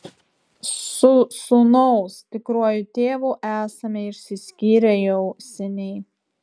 su sūnaus tikruoju tėvu esame išsiskyrę jau seniai